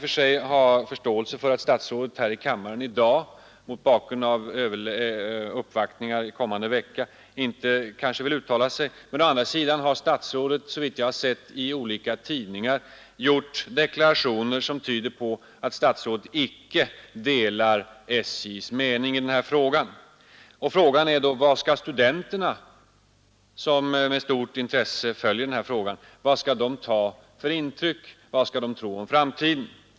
Jag kan ha förståelse för om statsrådet i dag mot bakgrunden av uppvaktningar kommande vecka kanske inte vill uttala sig här i kammaren, men å andra sidan har statsrådet såvitt jag har sett i olika tidningar gjort deklarationer som tyder på att statsrådet inte delar SJ:s mening i detta fall. Frågan är då vad studenterna, som med stort intresse följer denna fråga, skall få för intryck. Vad skall de tro om framtiden?